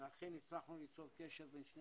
ואכן הצלחנו ליצור קשר בין שני